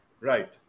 Right